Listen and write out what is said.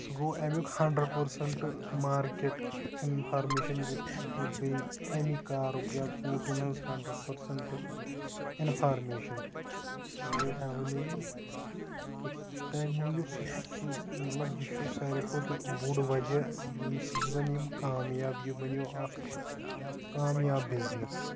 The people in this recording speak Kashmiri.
سُہ گوٚو اَمیُک ہنٛڑرَنٛڑ پٔرسَنٛٹ مارکیٹ اِنفارمیشَن گٔے تہٕ بیٚیہِ اَمے کارُک یا ژوٗنٛٹٮ۪ن ہٕنٛز ہنٛڑرَنٛڑ پٔرسَنٛٹ اِنفارمیشَن سورُے ایٚولیبٕل تَمہِ موٗجوٗب سُہ چھُ سُہ مطلب یہِ چھُ ساروی کھۄتہٕ بوٚڑ وجہ یُس زَن یِم کامیاب یہِ بَنیو اَکھ کامیاب بِزنٮ۪س